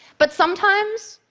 but sometimes,